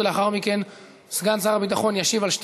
ולאחר מכן סגן שר הביטחון ישיב על שתי